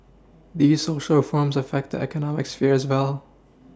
these Social reforms affect the economic sphere as well